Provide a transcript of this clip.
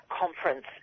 conference